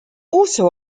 also